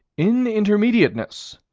in intermediateness,